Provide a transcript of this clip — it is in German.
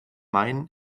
main